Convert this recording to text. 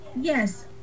Yes